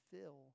fill